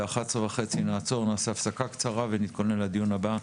אחר כך נעשה הפסקה קצרה ונתכונן לדיון הבא,